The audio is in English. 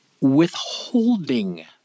withholding